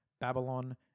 Babylon